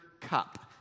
cup